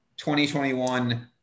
2021